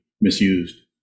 misused